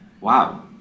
wow